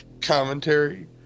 Commentary